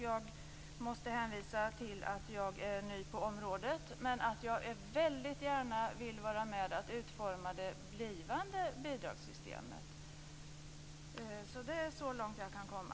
Jag måste hänvisa till att jag är ny på området, men jag vill väldigt gärna vara med om att utforma det blivande bidragssystemet. Det är så långt jag kan komma.